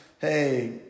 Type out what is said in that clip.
hey